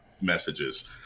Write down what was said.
messages